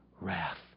wrath